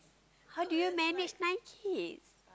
how do you manage nine kids